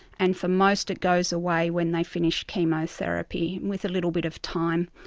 and for most it goes away when they finish chemotherapy with a little bit of time.